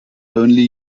only